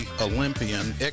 Olympian